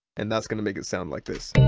and that's gonna make it sound like this.